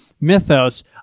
mythos